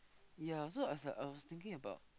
yea so I was like I was thinking about